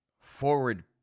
forward